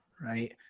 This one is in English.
Right